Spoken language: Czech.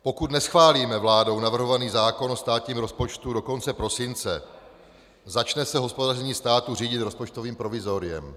Pokud neschválíme vládou navrhovaný zákon o státním rozpočtu do konce prosince, začne se hospodaření státu řídit rozpočtovým provizoriem.